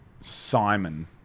Simon